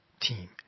team